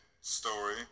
story